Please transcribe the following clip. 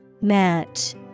Match